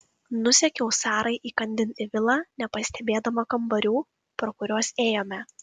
nusekiau sarai įkandin į vilą nepastebėdama kambarių pro kuriuos ėjome